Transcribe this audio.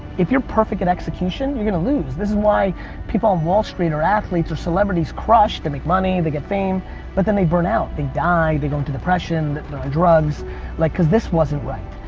if you're perfect at execution, you're gonna lose. this is why people on wall street, or athletes or celebrities crush, they make money, they get fame but then they burn out, they die, they go into depression, they're on drugs like cause this wasn't right.